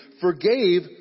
forgave